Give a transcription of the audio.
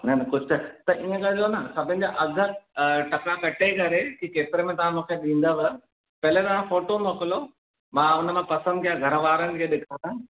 न न कुझु त त इएं कॼो न सभिनि जा अघ टका कटे करे की केतिरे में तव्हां मूंखे ॾींदव पहले तव्हां फोटो मोकिलियो मां उन मां पसंदि कयां घर वारनि खे ॾेखारियां